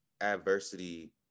adversity